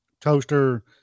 toaster